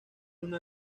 una